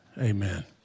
Amen